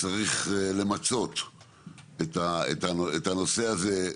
וצריך למצות את הנושא הזה,